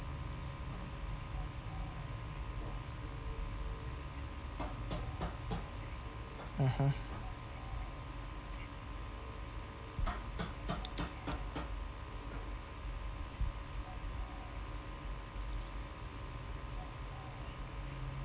mmhmm